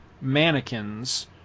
mannequins